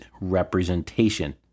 representation